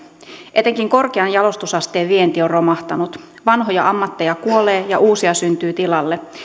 etenkin korkean jalostusasteen vienti on romahtanut vanhoja ammatteja kuolee ja uusia syntyy tilalle